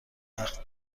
وقت